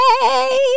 hey